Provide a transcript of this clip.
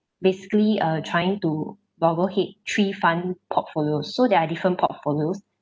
basically uh trying to b~ boglehead three fund portfolio so there are different portfolios